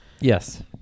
Yes